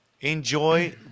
enjoy